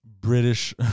British